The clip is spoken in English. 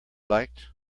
liked